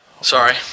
Sorry